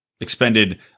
expended